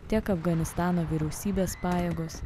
tiek afganistano vyriausybės pajėgos